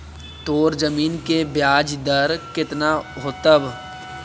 तोर जमीन के ब्याज दर केतना होतवऽ?